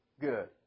good